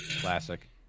Classic